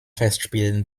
festspielen